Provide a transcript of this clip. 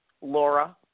Laura